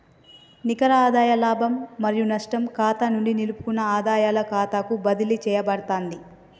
నికర ఆదాయ లాభం మరియు నష్టం ఖాతా నుండి నిలుపుకున్న ఆదాయాల ఖాతాకు బదిలీ చేయబడతాంది